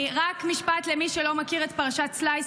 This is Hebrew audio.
רק משפט למי שלא מכיר את פרשת סלייס,